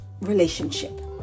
relationship